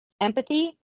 empathy